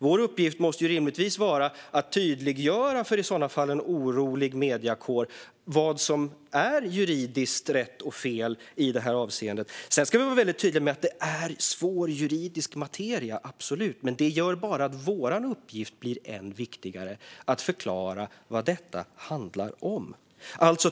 Vår uppgift måste rimligtvis vara att tydliggöra för en orolig mediekår vad som är juridiskt rätt och fel i det här avseendet. Sedan ska vi vara väldigt tydliga med att detta är svår juridisk materia - absolut - men det gör bara att vår uppgift blir än viktigare, det vill säga att förklara vad detta handlar om.